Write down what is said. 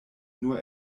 nur